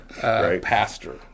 pastor